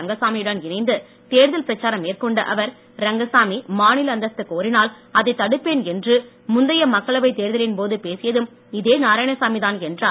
ரங்கசாமியுடன் இணைந்து தேர்தல் பிரச்சாரம் மேற்கொண்ட அவர் ரங்கசாமி மாநில அந்தஸ்து கோரினால் அதைத் தடுப்பேன் என்று முந்தைய மக்களவைத் தேர்தலின்போது பேசியதும் இதே நாராயணசாமி தான் என்றார்